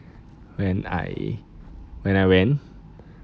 when I went